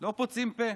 לא פוצים פה.